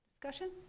discussion